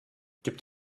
gibt